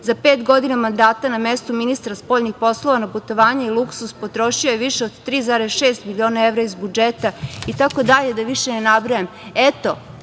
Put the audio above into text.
Za pet godina mandata na mestu ministra spoljnih poslova na putovanja i luksuz potrošio je više od 3,6 miliona evra iz budžeta itd. Da više ne nabrajam. Eto